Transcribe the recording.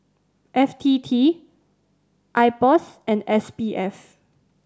F T T IPOS and S P F